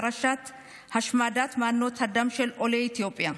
פרשת השמדת מנות הדם של עולי אתיופיה.